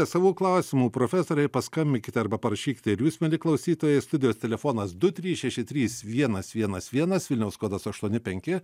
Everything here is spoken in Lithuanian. savų klausimų profesorei paskambinkite arba parašykite ir jūs mieli klausytojai studijos telefonas du trys šeši trys vienas vienas vienas vilniaus kodas aštuoni penki